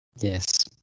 Yes